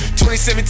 2017